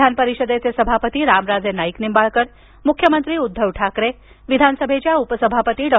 विधान परिषदेचे सभापती रामराजे नाईक निंबाळकर मुख्यमंत्री उद्धव ठाकरे विधानसभेच्या उपसभापती डॉ